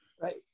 Right